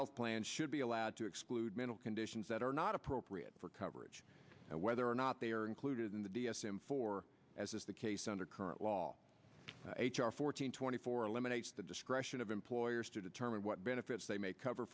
health plans should be allowed to exclude mental conditions that are not appropriate for coverage and whether or not they are included in the d s m four as is the case under current law h r four hundred twenty four eliminates the discretion of employers to determine what benefits they may cover